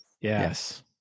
Yes